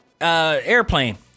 airplane